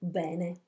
bene